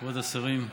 כבוד השרים,